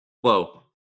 Whoa